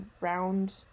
round